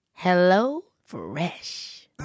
HelloFresh